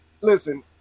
Listen